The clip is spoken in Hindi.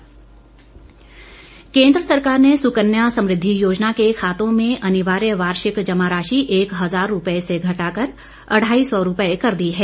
सुकन्या योजना केंद्र सरकार ने सुकन्या समृद्धि योजना के खातों में अनिवार्य वार्षिक जमा राशि एक हजार रुपए से घटाकर अढ़ाई सौ रुपए कर दी है